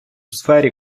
сфері